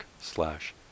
slash